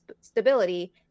stability